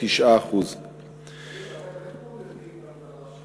9%. איך יודעים,